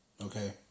Okay